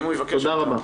תודה.